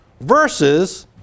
Versus